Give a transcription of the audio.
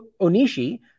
Onishi